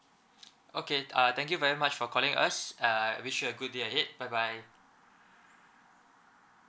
okay uh thank you very much for calling us err I wish you a good day ahead bye bye